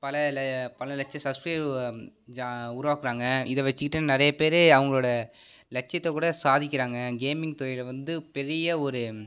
பல பல லட்ச்ச சப்ஸ்கவ் ஜா உருவாக்குறாங்கள் இதை வச்சுகிட்டு நிறையா பேர் அவங்களோட லட்சியத்த கூட சாதிக்கிறாங்க கேமிங் துறையில் வந்து பெரிய ஒரு